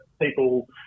people